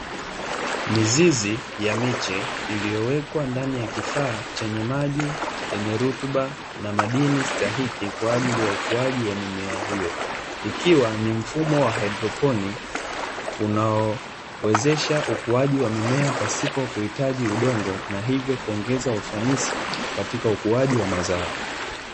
Mizizi ya miche iliyowekwa ndani ya kifaa chenye maji yenye rutuba na madini stahiki kwa ajili ya ukuaji wa mimea hiyo. Ikiwa ni mfumo wa haidroponi unaowezesha ukuuaji wa mimea pasipo kuhitaji udongo, hivyo kuongeza ufanisi katika ukuaji wa mazao.